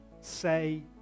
say